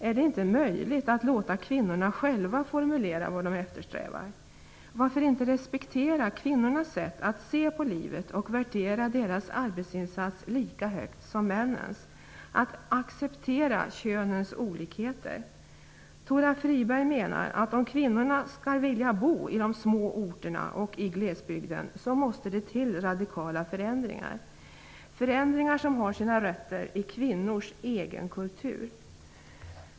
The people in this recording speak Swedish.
Är det inte möjligt att låta kvinnorna själva formulera vad de eftersträvar? Varför inte respektera kvinnornas sätt att se på livet, värdera deras arbetsinsats lika högt som männens och acceptera olikheterna mellan könen? Tora Friberg menar att det måste till radikala förändringar om kvinnorna skall vilja bo i de små orterna och i glesbygden, förändringar som har sina rötter i kvinnors egen kultur.